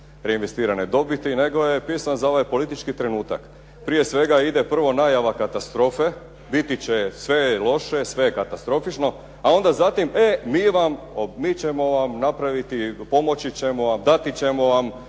reinvestirane dobiti. Najgore je pisan za ovaj politički trenutak. Prije svega ide prvo najava katastrofe, biti će sve je loše, sve je katastrofično, a onda zatim e mi ćemo vam napraviti, pomoći ćemo vam, dati ćemo vam,